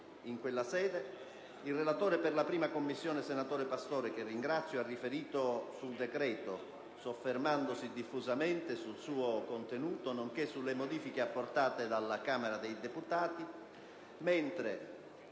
il relatore per la 1a Commissione, senatore Pastore, che ringrazio, ha riferito sul decreto, soffermandosi diffusamente sul suo contenuto, nonché sulle modifiche apportate dalla Camera dei deputati, mentre